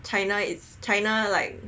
China is China like